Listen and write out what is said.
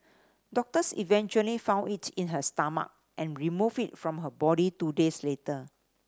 doctors eventually found it in her stomach and removed it from her body two days later